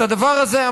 את הדבר הזה,